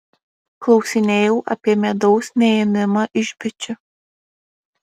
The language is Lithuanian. klausinėjau apie medaus neėmimą iš bičių